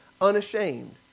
unashamed